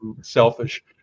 selfish